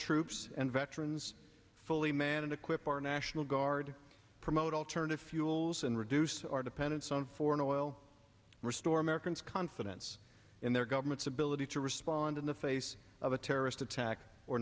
troops and veterans fully man and equip our national guard promote alternative fuels and reduce our dependence on foreign oil restore americans confidence in their government's ability to respond in the face of a terrorist attack or